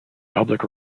public